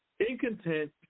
incontent